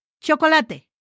chocolate